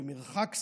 במרחק סביר,